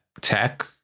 tech